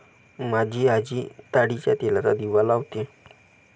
माझी आजी ताडीच्या तेलाचा दिवा लावते